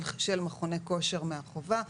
של מכוני כושר מהחובה,